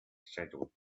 schedule